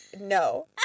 no